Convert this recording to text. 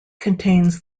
contains